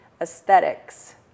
aesthetics